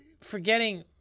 forgetting